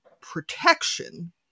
protection